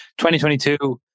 2022